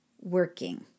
working